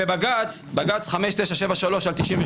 בבג"ץ 5973/92